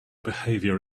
behavior